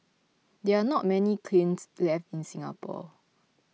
there are not many kilns left in Singapore